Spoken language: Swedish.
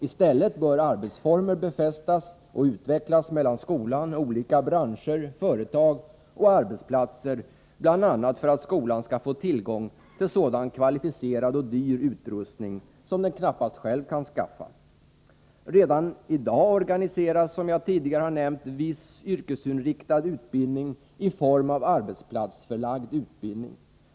I stället bör samarbetsformer befästas och utvecklas mellan skolan och olika branscher, företag och arbetsplatser, bl.a. för att skolan skall få tillgång till sådan kvalificerad och dyr utrustning som den knappast själv kan skaffa. Redan i dag organiseras som jag tidigare har nämnt viss yrkesinriktad utbildning i form av arbetsplatsförlagd utbildning.